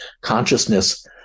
consciousness